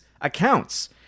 accounts